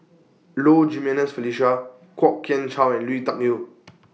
Low Jimenez Felicia Kwok Kian Chow and Lui Tuck Yew